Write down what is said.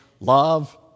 love